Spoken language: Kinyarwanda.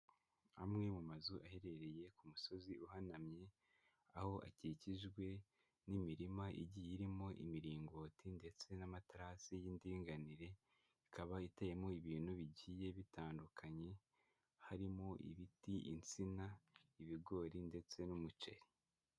Amwe mu mazu aherereye ku musozi uhanamye, aho akikijwe n'imirima igiye irimo imiringoti ndetse n'amaterasi y'indinganire, ikaba iteyemo ibintu bigiye bitandukanye harimo ibiti, insina, ibigori ndetse n'umuceri.